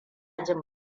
jin